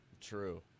True